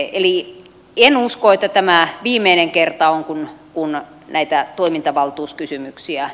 eli en usko että tämä viimeinen kerta on kun näitä toimintavaltuuskysymyksiä